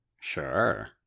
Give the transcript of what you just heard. Sure